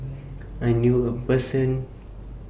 I knew A Person